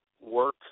work